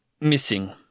missing